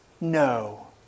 no